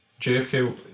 JFK